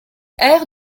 air